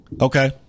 Okay